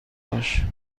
باش